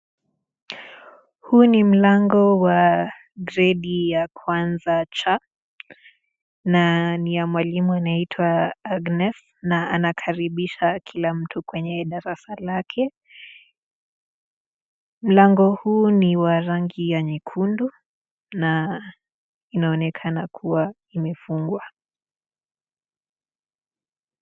Huu ni mlango wa gredi ya kwanza cha na ni ya mwalimu anayeitwa Agnes na anakaribisha kila mtu kwenye darasa lake. Mlango huu ni wa rangi ya nyekundu na inaonekana kuwa imefungwa.